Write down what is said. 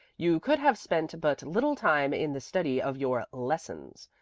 you could have spent but little time in the study of your lessons.